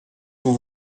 vous